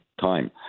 time